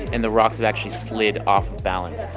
and the rocks have actually slid off balance.